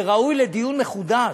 זה ראוי לדיון מחודש.